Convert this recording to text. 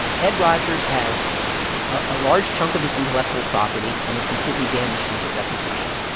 ed rogers has a large chunk of his intellectual property and has completely damaged his reputation.